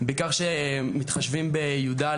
בעיקר כשמתחשבים ב-י"א,